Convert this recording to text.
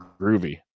groovy